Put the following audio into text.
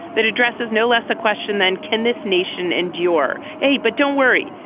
that address is no less a question than can this nation endure. hey, but don't worry.